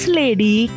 lady